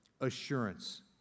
assurance